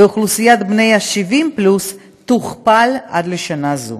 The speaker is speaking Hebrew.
ואוכלוסיית בני ה-70 פלוס תוכפל עד שנה זו.